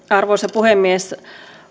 arvoisa puhemies